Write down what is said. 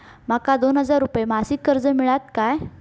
माका दोन हजार रुपये मासिक कर्ज मिळात काय?